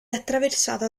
attraversata